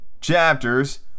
chapters